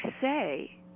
say